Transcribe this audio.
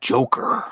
Joker